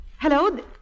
Hello